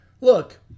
Look